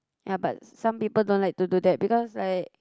ya but some people don't like to do that because like